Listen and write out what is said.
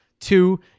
Two